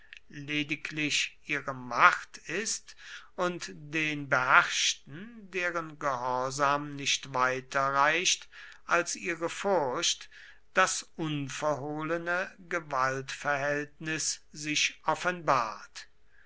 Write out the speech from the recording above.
lediglich ihre macht ist und den beherrschten deren gehorsam nicht weiter reicht als ihre furcht das unverhohlene gewaltverhältnis sich offenbart